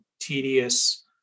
tedious